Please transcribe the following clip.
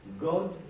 God